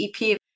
EP